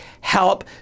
Help